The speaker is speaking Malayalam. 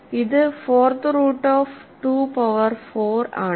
ഇത് ഫോർത് റൂട്ട് ഓഫ് 2 പവർ 4 ആണ്